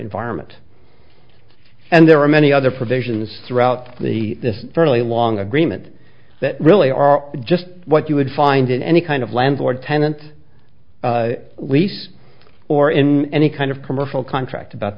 environment and there are many other provisions throughout the fairly long agreement that really are just what you would find in any kind of landlord tenant lease or in any kind of commercial contract about